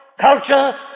culture